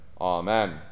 Amen